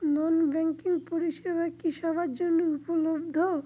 নন banking পরিষেবা কি সবার জন্য উপলব্ধ?